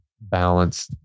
balance